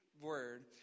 word